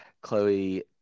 Chloe